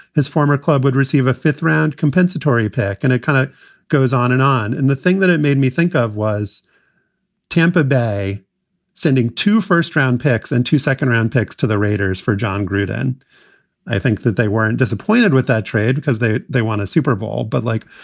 his former club would receive a fifth round compensatory pick. and it kind of goes on and on. and the thing that it made me think of was tampa tampa bay sending two first round picks and two second round picks to the raiders for jon gruden i think that they weren't disappointed with that trade because they they won a super bowl. but, like,